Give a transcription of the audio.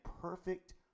perfect